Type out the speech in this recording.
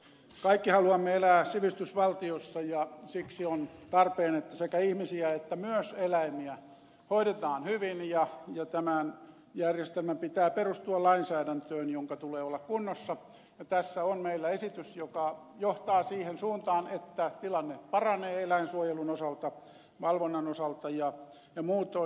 kaikki haluamme elää sivistysvaltiossa ja siksi on tarpeen että sekä ihmisiä että myös eläimiä hoidetaan hyvin ja tämän järjestelmän pitää perustua lainsäädäntöön jonka tulee olla kunnossa ja tässä on meillä esitys joka johtaa siihen suuntaan että tilanne paranee eläinsuojelun osalta valvonnan osalta ja muutoin